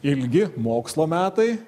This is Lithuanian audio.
ilgi mokslo metai